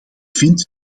vind